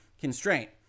constraint